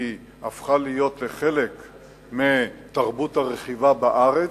והיא הפכה להיות חלק מתרבות הרכיבה בארץ,